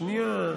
שנייה,